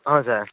ହଁ ସାର୍